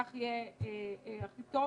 כך יהיה הכי טוב.